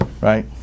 right